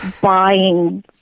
buying